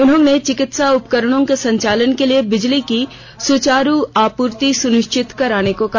उन्होंने चिकित्सा उपकरणों के संचालन के लिए बिजली की सुचारू आपूर्ति सुनिश्चित करने को कहा